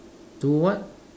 two what